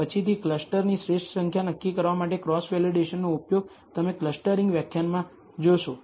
પછીથી ક્લસ્ટર્સની શ્રેષ્ઠ સંખ્યા નક્કી કરવા માટે ક્રોસ વેલિડેશનનો ઉપયોગ તમે ક્લસ્ટરીંગ વ્યાખ્યાનમાં જોશો